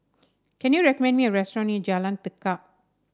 can you recommend me a restaurant near Jalan Tekad